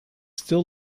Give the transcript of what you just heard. still